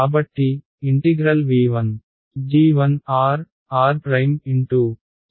కాబట్టి v1g1rr'QdV volume integration అవుతుంది